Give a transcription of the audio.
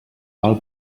val